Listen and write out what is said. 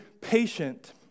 patient